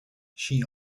she